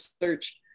search